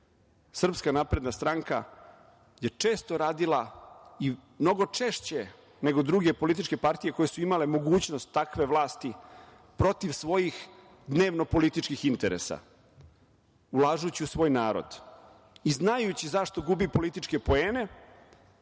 Nikad. Srpska napredna stranka je često radila, mnogo češće nego druge političke partije koje su imale mogućnost takve vlasti, protiv svojih dnevno političkih interesa ulažući u svoj narod i znajući zašto gubi političke poene